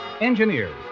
Engineers